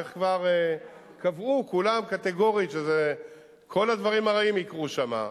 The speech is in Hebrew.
איך כבר קבעו כולם קטגורית שכל הדברים הרעים יקרו שם.